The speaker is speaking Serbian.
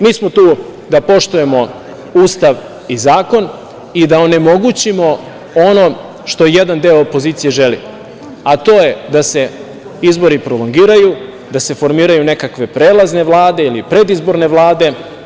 Mi smo tu da poštujemo Ustav i zakon i da onemogućimo ono što jedan deo opozicije želi, a to je da se izbori prolongiraju, da se formiraju nekakve prelazne Vlade ili predizborne Vlade.